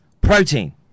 protein